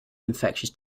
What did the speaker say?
infectious